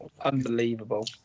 Unbelievable